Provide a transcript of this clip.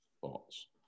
thoughts